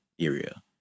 area